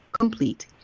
Complete